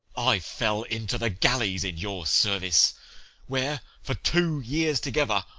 i fell into the galleys in your service where, for two years together,